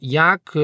jak